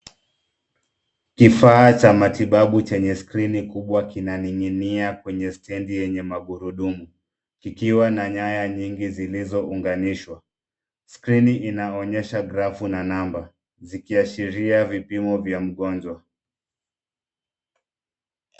Kifaa cha matibabu chenye skrini kubwa kina ning'inia kwenye stendi yenye magurudumu kikiwa na nyaya nyingi zilizo unganishwa. Skrini inaonyesha grafu na namba ikiashiria vipimo vya mgonjwa.